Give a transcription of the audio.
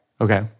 Okay